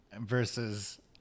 versus